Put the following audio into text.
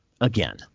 again